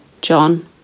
John